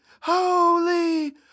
holy